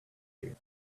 you